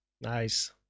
Nice